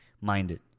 minded